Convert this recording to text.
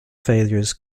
failures